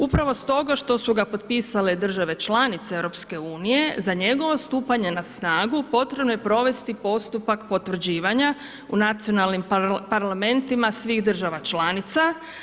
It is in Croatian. Upravo stoga što su ga potpisale države članice EU za njegovo stupanje na snagu potrebno je provesti postupak potvrđivanja u nacionalnim parlamentima svih država članica.